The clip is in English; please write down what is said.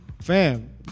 fam